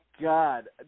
God